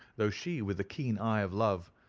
though she, with the keen eye of love,